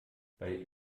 weil